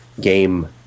game